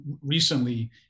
recently